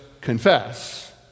confess